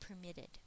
permitted